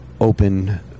open